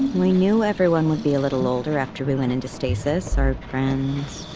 we knew everyone would be a little older after we went into stasis. our friends,